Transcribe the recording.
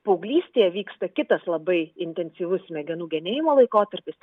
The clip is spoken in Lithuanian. paauglystėje vyksta kitas labai intensyvus smegenų genėjimo laikotarpis